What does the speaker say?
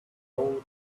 own